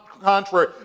contrary